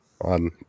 on